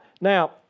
Now